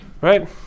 Right